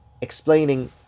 explaining